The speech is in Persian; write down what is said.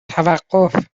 توقف